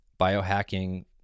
biohacking